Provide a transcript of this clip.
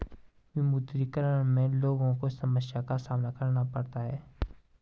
विमुद्रीकरण में लोगो को समस्या का सामना करना पड़ता है